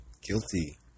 guilty